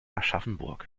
aschaffenburg